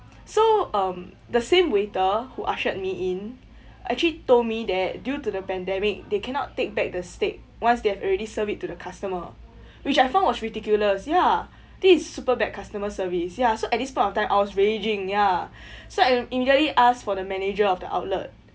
so um the same waiter who ushered me in actually told me that due to the pandemic they cannot take back the steak once they have already serve it to the customer which I found was ridiculous ya this is super bad customer service ya so at this point of time I was raging ya so I immediately asked for the manager of the outlet